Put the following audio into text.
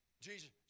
Jesus